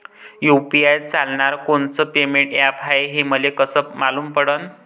UPI चालणारं कोनचं payment app हाय, हे मले कस मालूम पडन?